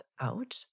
out